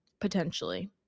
potentially